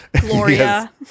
Gloria